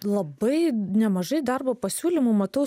labai nemažai darbo pasiūlymų matau